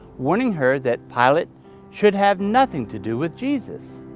warning her that pilate should have nothing to do with jesus.